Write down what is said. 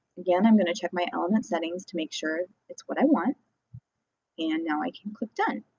again, i'm going to check my element settings to make sure it's what i want and now i can click done.